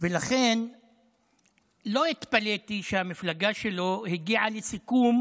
ולכן לא התפלאתי שהמפלגה שלו הגיעה לסיכום